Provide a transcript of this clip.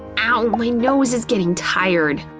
ow, my nose is getting tired!